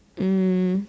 um